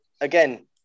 again